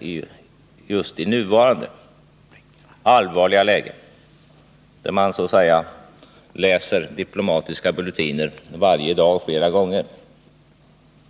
I nuvarande allvarliga läge, när man läser diplomatiska bulletiner flera gånger varje dag